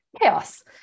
chaos